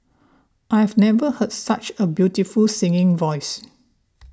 I've never heard such a beautiful singing voice